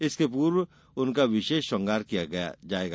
इसके पूर्व उनका विशेष श्रृंगार किया जायेगा